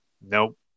Nope